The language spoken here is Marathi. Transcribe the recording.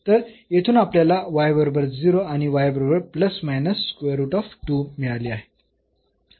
तर येथून आपल्याला y बरोबर 0 आणि y बरोबर मिळाले आहे